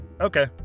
Okay